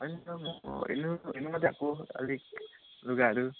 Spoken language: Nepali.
होइन म हेर्नु मात्रै आएको अलिक लुगाहरू